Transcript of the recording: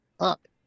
up